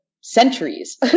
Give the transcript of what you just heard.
centuries